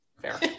fair